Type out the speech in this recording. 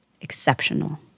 exceptional